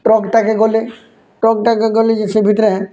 ଟ୍ରକଟା କେ ଗଲେ ଟ୍ରକଟା କେ ଗଲେ ଯେ ସେ ଭିତରେ